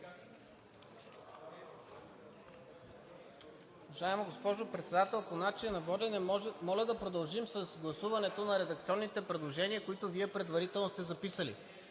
Уважаема госпожо Председател, по начина на водене. Моля да продължим с гласуването на редакционните предложения, които Вие предварително сте записали.